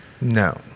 No